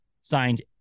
signed